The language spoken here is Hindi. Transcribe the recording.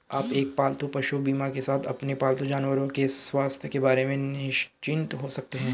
आप एक पालतू पशु बीमा के साथ अपने पालतू जानवरों के स्वास्थ्य के बारे में निश्चिंत हो सकते हैं